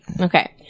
Okay